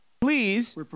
Please